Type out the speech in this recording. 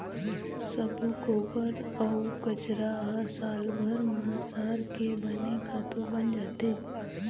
सब्बो गोबर अउ कचरा ह सालभर म सरके बने खातू बन जाथे